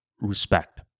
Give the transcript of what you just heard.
respect